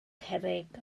cerrig